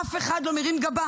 אף אחד לא מרים גבה.